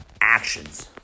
actions